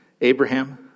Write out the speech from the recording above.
Abraham